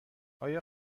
آیای